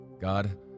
God